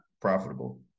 profitable